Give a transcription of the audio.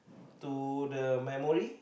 to the memory